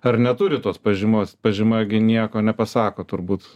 ar neturi tos pažymos pažyma gi nieko nepasako turbūt